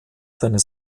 seine